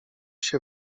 się